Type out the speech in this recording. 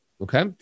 Okay